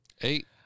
Eight